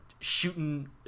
Shooting